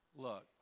Look